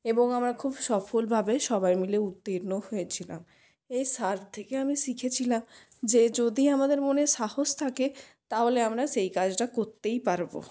এবং আমরা খুব সফলভাবে সবাই মিলে উত্তীর্ণ হয়েছিলাম এই সার্ফ থেকে আমি শিখেছিলাম যে যদি আমাদের মনে সাহস থাকে তাহলে আমরা সেই কাজটা করতেই পারবো